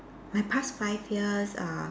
my past five years uh